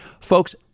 Folks